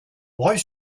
breuil